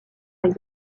les